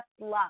love